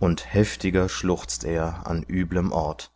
und heftiger schluchzt er an üblem ort